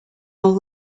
old